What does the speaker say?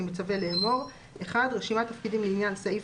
אני מצווה לאמור: רשימת תפקידים לעניין סעיף